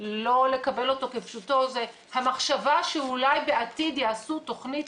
לא לקבל אותו כפשוטו זה המחשבה שאולי בעתיד יעשו תכנית